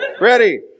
Ready